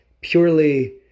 purely